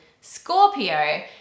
scorpio